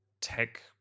tech